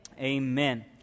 Amen